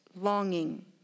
longing